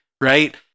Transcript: right